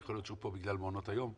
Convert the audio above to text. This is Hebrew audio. שיכול להיות שהוא פה בגלל מעונות היום,